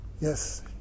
Yes